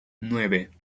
nueve